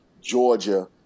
Georgia